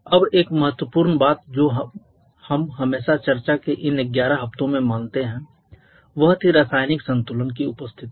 अब एक महत्वपूर्ण बात जो हम हमेशा चर्चा के इन 11 हफ्तों में मानते हैं वह थी रासायनिक संतुलन की उपस्थिति